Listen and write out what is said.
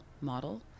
model